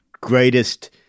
greatest